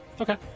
Okay